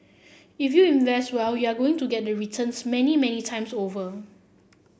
if you invest well you're going to get the returns many many times over